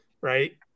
right